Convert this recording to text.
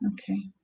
Okay